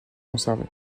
conservés